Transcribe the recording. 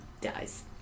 dies